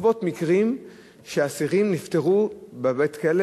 בעקבות מקרים של אסירים שנפטרו בבית-הכלא